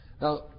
Now